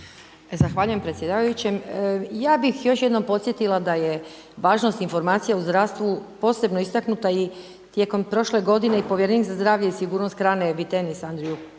Zahvaljujem predsjedavajućem. Ja bih još jednom podsjetila da je važnost informacija u zdravstvu posebno istaknuto i tijekom prošle godine povjerenik za zdravlje i sigurnost hrane Vytenis Andriukaitis